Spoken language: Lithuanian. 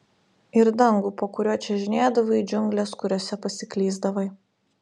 ir dangų po kuriuo čiuožinėdavai džiungles kuriose pasiklysdavai